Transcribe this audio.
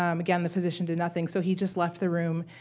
um again, the physician did nothing. so he just left the room,